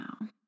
now